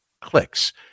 clicks